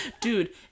Dude